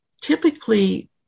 Typically